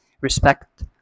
respect